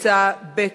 בקבוצה ב'